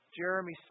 Jeremy